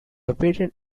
variant